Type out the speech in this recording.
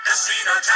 Casino